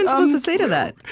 and supposed to say to that?